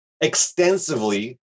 extensively